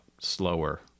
slower